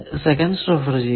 എന്ന് വിളിക്കുന്നു